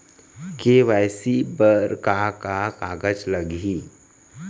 KYC बर का का कागज लागही?